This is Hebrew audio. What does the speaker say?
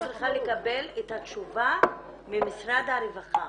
אני רוצה לקבל את התשובה ממשרד הרווחה.